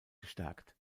gestärkt